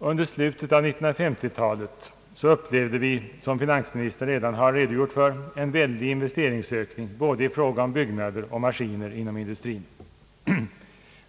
Under slutet av 1950-talet upplevde vi, som finansministern redan har påpekat, en omfattande investeringsökning både i fråga om byggnader och maskiner inom industrin.